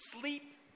sleep